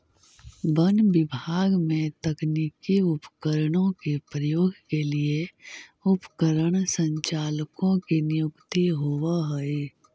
वन विभाग में तकनीकी उपकरणों के प्रयोग के लिए उपकरण संचालकों की नियुक्ति होवअ हई